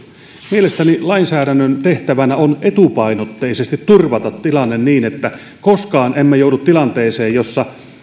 mielestäni lainsäädännön tehtävänä on etupainotteisesti turvata tilanne niin että koskaan emme joudu tilanteeseen jossa